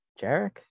jarek